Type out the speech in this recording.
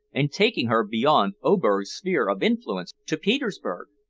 and taking her beyond oberg's sphere of influence to petersburg.